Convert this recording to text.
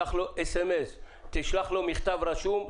שלח לו SMS. שלח לו מכתב רשום.